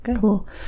Cool